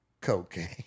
cocaine